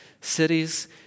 cities